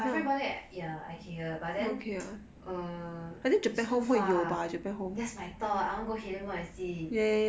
my friend bought it at ya ikea but I then err it's too far that's my thought I want to go hilly mall and see